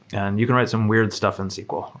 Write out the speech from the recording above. and you can write some weird stuff in sql.